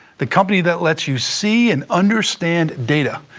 the company that lets you see and understand data.